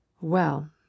Well